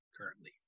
currently